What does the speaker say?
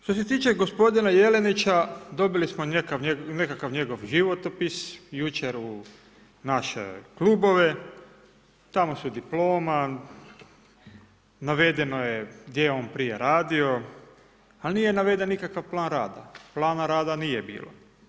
Što se tiče gospodina Jelinića, dobili smo nekakav njegov životopis, jučer u naše klubove, tamo su diploma, navedeno je gdje je on prije radio, ali nije naveden nikakav plan rada, plana rada nije bilo.